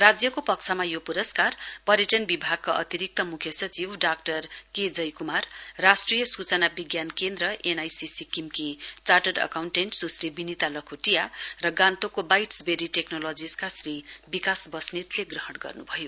राज्यको पक्षमा यो प्रस्कार पर्यटन विभागका अतिरिक्त मुख्य सचिव डाजयक्मार राष्ट्रिय सूचना विज्ञान केन्द्र एनआईसी की चार्टड एकाउण्टेण्ट सूश्री विनिता लखोटिया र गान्तोकको बाईट्स बेरी टेकनोलोजीस का श्री विकास बस्नेत ग्रहण गर्न्भयो